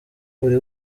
buri